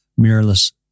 mirrorless